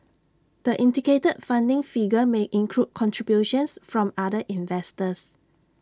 the indicated funding figure may include contributions from other investors